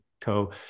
Co